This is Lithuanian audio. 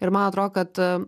ir man atrodo kad